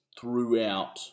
throughout